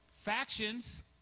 Factions